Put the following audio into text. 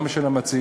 גם של המציעים,